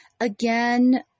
Again